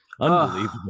Unbelievable